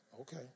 okay